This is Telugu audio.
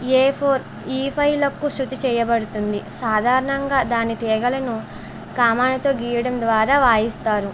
ఏ ఫోర్ ఈ ఫైవ్లకు శృతి చేయబడుతుంది సాధారణంగా దాని తీగలను కామాలతో గీయడం ద్వారా వాయిస్తారు